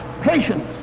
patience